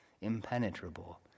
impenetrable